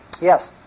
Yes